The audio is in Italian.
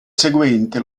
seguente